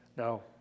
No